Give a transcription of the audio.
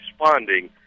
responding